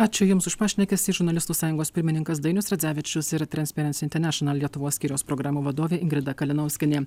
ačiū jums už pašnekesį žurnalistų sąjungos pirmininkas dainius radzevičius ir transparency international lietuvos skyriaus programų vadovė ingrida kalinauskienė